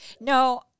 no